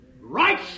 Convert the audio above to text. Right